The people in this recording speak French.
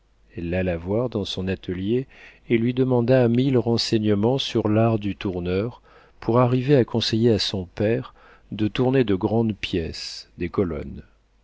l'alla voir dans son atelier et lui demanda mille renseignements sur l'art du tourneur pour arriver à conseiller à son père de tourner de grandes pièces des colonnes